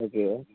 okay